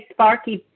Sparky